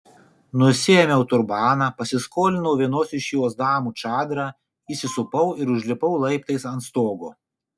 nusiėmiau turbaną pasiskolinau vienos iš jos damų čadrą įsisupau ir užlipau laiptais ant stogo